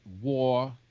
war